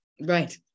Right